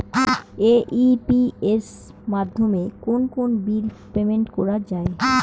AEPS মাধ্যমে কোন কোন বিল পেমেন্ট করা যায়?